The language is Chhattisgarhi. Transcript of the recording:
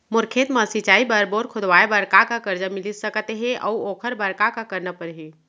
मोर खेत म सिंचाई बर बोर खोदवाये बर का का करजा मिलिस सकत हे अऊ ओखर बर का का करना परही?